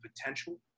potential